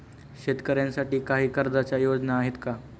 शेतकऱ्यांसाठी काही कर्जाच्या योजना आहेत का?